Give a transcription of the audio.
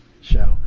show